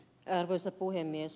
arvoisa puhemies